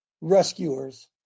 rescuers